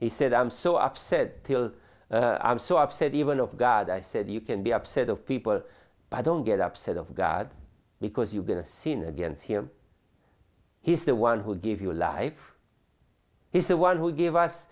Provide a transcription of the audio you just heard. he said i'm so upset till i'm so upset even of god i said you can be upset of people i don't get upset of god because you've been a sin against him he's the one who gave you life he's the one who gave us